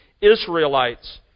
Israelites